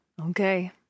Okay